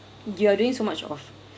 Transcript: you are doing so much of